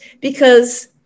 Because-